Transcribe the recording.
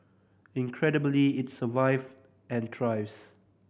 incredibly it survived and thrives